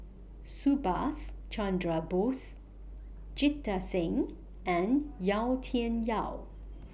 Subhas Chandra Bose Jita Singh and Yau Tian Yau